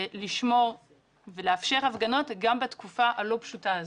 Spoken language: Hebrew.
ולשמור ולאפשר הפגנות, גם בתקופה הלא פשוטה הזאת.